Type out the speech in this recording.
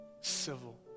civil